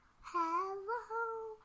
hello